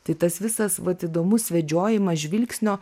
tai tas visas vat įdomus vedžiojimas žvilgsnio